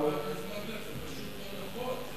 זה פשוט לא נכון,